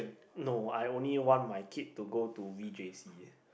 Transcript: no I only want my kid to go to v_j_c